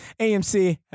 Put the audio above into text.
AMC